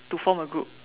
to form a group